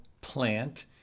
plant